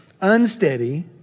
unsteady